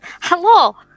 Hello